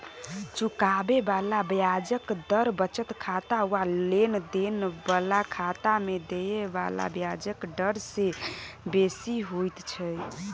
चुकाबे बला ब्याजक दर बचत खाता वा लेन देन बला खाता में देय बला ब्याजक डर से बेसी होइत छै